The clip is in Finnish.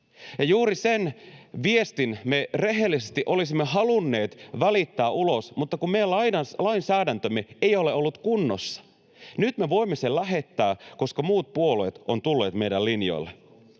Juuri sen viestin me rehellisesti olisimme halunneet välittää ulos, mutta kun meidän lainsäädäntömme ei ole ollut kunnossa. Nyt me voimme sen lähettää, koska muut puolueet ovat tulleet meidän linjoillemme.